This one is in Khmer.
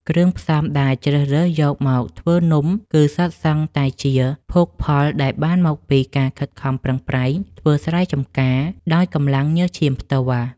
គ្រឿងផ្សំដែលជ្រើសរើសយកមកធ្វើនំគឺសុទ្ធសឹងតែជាភោគផលដែលបានមកពីការខិតខំប្រឹងប្រែងធ្វើស្រែចំការដោយកម្លាំងញើសឈាមផ្ទាល់។